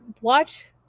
watch